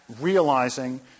realizing